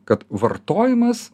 kad vartojimas